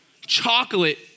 Chocolate